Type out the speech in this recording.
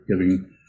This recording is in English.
giving